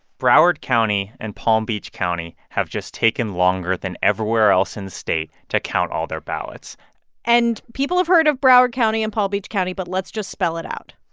broward county and palm beach county have just taken longer than everywhere else in the state to count all their ballots and people have heard of broward county and palm beach county, but let's just spell it out